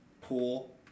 pool